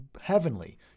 heavenly